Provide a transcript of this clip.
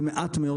ומעט מאוד